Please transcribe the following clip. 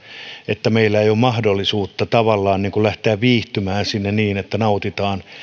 että meillä ei ole mahdollisuutta tavallaan lähteä viihtymään sinne niin että nautitaan